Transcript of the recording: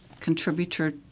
contributor